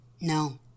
No